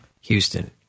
Houston